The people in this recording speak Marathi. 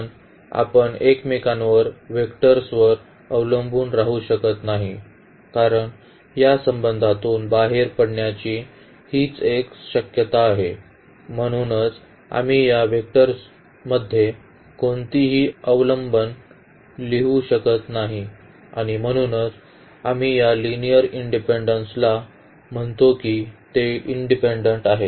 कारण आपण एकमेकांवर वेक्टर्सवर अवलंबून राहू शकत नाही कारण या संबंधातून बाहेर पडण्याची हीच एक शक्यता आहे म्हणूनच आम्ही या वेक्टर्समध्ये कोणतेही अवलंबन लिहू शकत नाही आणि म्हणूनच आम्ही या लिनिअर इंडिपेन्डेन्सला म्हणतो की ते इंडिपेन्डेन्ट आहेत